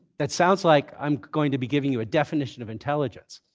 that sounds like i'm going to be giving you a definition of intelligence.